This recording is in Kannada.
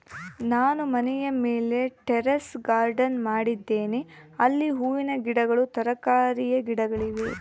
ನಾನು ಮನೆಯ ಮೇಲೆ ಟೆರೇಸ್ ಗಾರ್ಡೆನ್ ಮಾಡಿದ್ದೇನೆ, ಅಲ್ಲಿ ಹೂವಿನ ಗಿಡಗಳು, ತರಕಾರಿಯ ಗಿಡಗಳಿವೆ